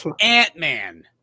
ant-man